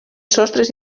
sostres